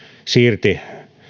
siirsi